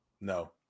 No